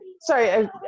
sorry